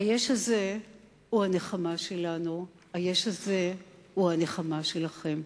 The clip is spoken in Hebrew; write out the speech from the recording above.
היש הזה הוא הנחמה שלנו, היש הזה הוא הנחמה שלכם.